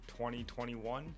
2021